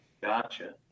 gotcha